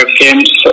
games